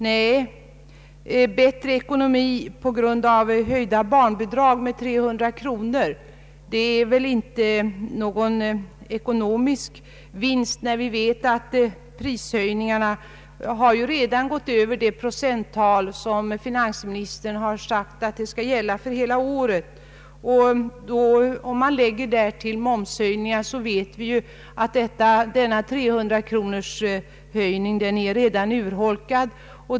Nej, bättre ekonomi får väl ingen på grund av att barnbidraget höjs med 300 kronor. Vi vet ju att prishöjningarna redan har gått över det procenttal som finansministern har sagt skall gälla för hela året. Om man därtill lägger momshöjningen, finner man att dessa 300 kronor redan är urholkade.